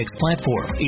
platform